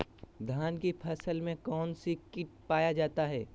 धान की फसल में कौन सी किट पाया जाता है?